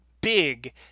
big